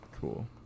Cool